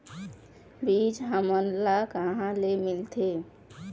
बीज हमन ला कहां ले मिलथे?